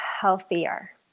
healthier